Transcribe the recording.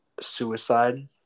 suicide